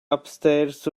upstairs